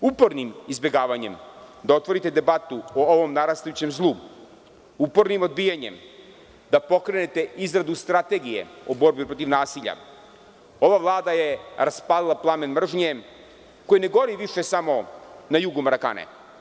Upornim izbegavanjem da otvorite debatu o ovom narastajućem zlu, upornim odbijanjem da pokrenete izradu strategije o borbi protiv nasilja, ova Vlada je raspalila plamen mržnje koji više ne gori samo na jugu Marakane.